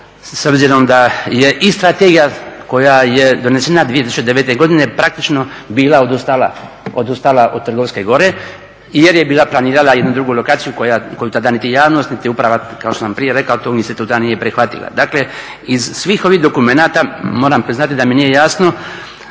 s obzirom da je i strategija koja je donesena 2009. godine praktično bila odustala od Trgovske gore jer je bila planirala jednu drugu lokaciju koju tada niti javnost niti uprava kao što sam prije rekao … nije prihvatila. Dakle iz svih ovih dokumenata moram priznati da mi nije jasno